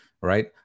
Right